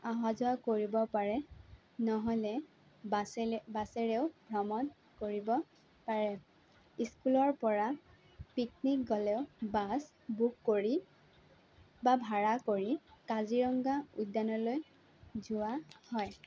অহা যোৱা কৰিব পাৰে নহ'লে বাছেলে বাছেৰেও ভ্ৰমণ কৰিব পাৰে স্কুলৰ পৰা পিকনিক গ'লেও বাছ বুক কৰি বা ভাড়া কৰি কাজিৰঙা উদ্যানলৈ যোৱা হয়